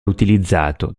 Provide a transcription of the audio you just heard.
utilizzato